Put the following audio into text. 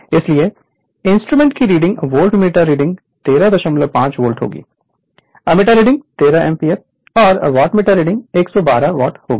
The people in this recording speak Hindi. Refer Slide Time 1011 इसलिए इंस्ट्रूमेंट की रीडिंग वोल्टमीटर रीडिंग 135 वोल्ट होगी एमीटर रीडिंग 13 एम्पीयर और वॉटमीटर रीडिंग 112 वाट होगी